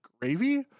gravy